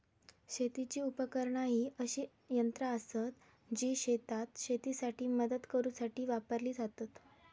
शेतीची उपकरणा ही अशी यंत्रा आसत जी शेतात शेतीसाठी मदत करूसाठी वापरली जातत